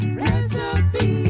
recipe